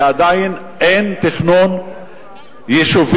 כי עדיין אין תכנון יישובי.